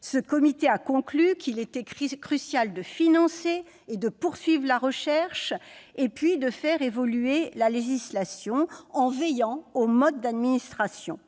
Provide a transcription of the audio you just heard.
Ce comité a également conclu qu'il était crucial de financer et de poursuivre la recherche, ainsi que de faire évoluer la législation en veillant au mode d'administration.